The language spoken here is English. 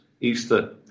Easter